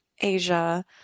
Asia